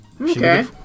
Okay